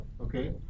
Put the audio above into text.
Okay